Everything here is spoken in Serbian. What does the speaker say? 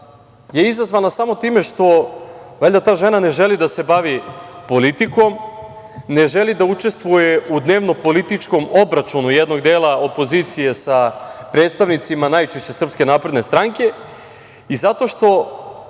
je izazvana samo time što valjda ta žena ne želi da se bavi politikom, ne želi da učestvuje u dnevno-političkom obračunu jednog dela opozicije sa predstavnicima najčešće Srpske napredne stranke i zato što